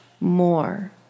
more